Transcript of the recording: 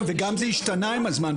וגם זה השתנה עם הזמן.